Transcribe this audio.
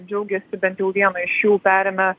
džiaugiasi bent jau vieną iš jų perėmę